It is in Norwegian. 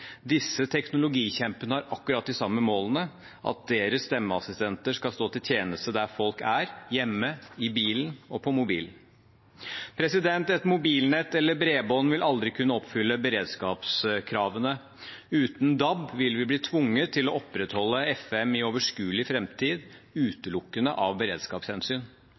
Disse teknologikjempene har akkurat de samme målene: at deres stemmeassistenter skal stå til tjeneste der folk er – hjemme, i bilen og på mobilen. Et mobilnett eller bredbånd vil aldri kunne oppfylle beredskapskravene. Uten DAB ville vi blitt tvunget til å opprettholde FM i overskuelig framtid, utelukkende av beredskapshensyn.